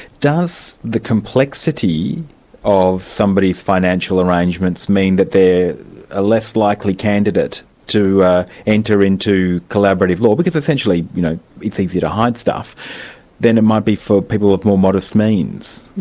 does the complexity of somebody's financial arrangements mean that they're a less likely candidate to enter into collaborative law because essentially you know it's easy to hide stuff than it might be for people of more modest means?